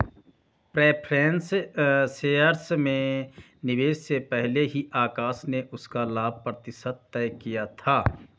preference shares में निवेश से पहले ही आकाश ने उसका लाभ प्रतिशत तय किया था